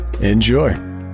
enjoy